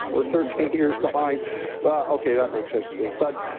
we're thirteen years behind but okay that makes sense to me, but